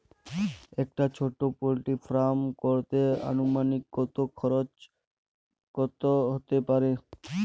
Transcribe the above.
একটা ছোটো poultry farm করতে আনুমানিক কত খরচ কত হতে পারে?